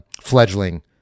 fledgling